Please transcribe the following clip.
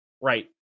Right